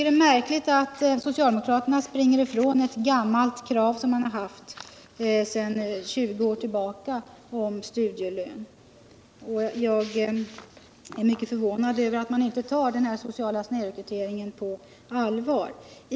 Det är märkligt att socialdemokraterna springer ifrån ett gammalt krav som de haft sedan 20 år tillbaka om studielön. Jag är mycket förvånad över att man inte tar den sociala snedrekryteringen på allvar.